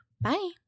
Bye